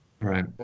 Right